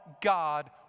God